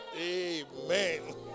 Amen